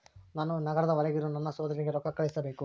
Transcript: ನಾನು ನಗರದ ಹೊರಗಿರೋ ನನ್ನ ಸಹೋದರನಿಗೆ ರೊಕ್ಕ ಕಳುಹಿಸಬೇಕು